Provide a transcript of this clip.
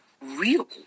real